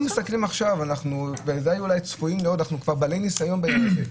אנחנו כבר בעלי ניסיון בעניין הזה.